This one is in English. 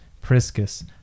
Priscus